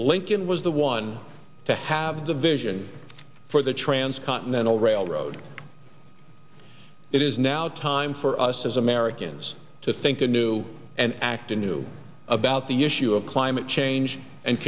lincoln was the one to have the vision for the transcontinental railroad it is now now time for us as america's to think anew and act a new about the issue of climate change and